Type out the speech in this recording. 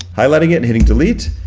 highlighting it and hitting delete,